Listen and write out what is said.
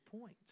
point